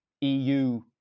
EU